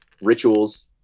rituals